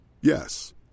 Yes